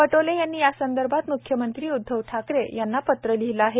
पटोले यांनी यासंदर्भात म्ख्यमंत्री उद्धव ठाकरे यांनी पत्र लिहिले आहे